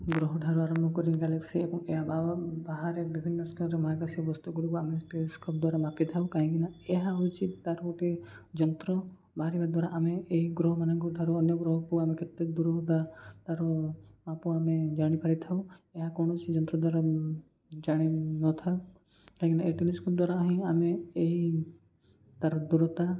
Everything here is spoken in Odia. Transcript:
ଗ୍ରହ ଠାରୁ ଆରମ୍ଭ କରି ଗ୍ୟାଲେକ୍ସି ଏବଂ ଏହା ବାହାରେ ବିଭିନ୍ନ ସ୍କାର ମହାକାଶ ବସ୍ତୁ ଗୁଡ଼ିକୁ ଆମେ ଟେଲିସ୍କୋପ୍ ଦ୍ୱାରା ମାପିଥାଉ କାହିଁକିନା ଏହା ହେଉଛି ତା'ର ଗୋଟେ ଯନ୍ତ୍ର ବାହାରିବା ଦ୍ୱାରା ଆମେ ଏହି ଗ୍ରହମାନଙ୍କ ଠାରୁ ଅନ୍ୟ ଗ୍ରହକୁ ଆମେ କେତେ ଦୂରତା ତା'ର ମାପ ଆମେ ଜାଣିପାରିଥାଉ ଏହା କୌଣସି ଯନ୍ତ୍ର ଦ୍ୱାରା ଜାଣିନଥାଉ କାହିଁକିନା ଏ ଟେଲିସ୍କୋପ୍ ଦ୍ୱାରା ହିଁ ଆମେ ଏଇ ତା'ର ଦୂରତା